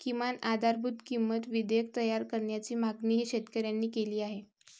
किमान आधारभूत किंमत विधेयक तयार करण्याची मागणीही शेतकऱ्यांनी केली आहे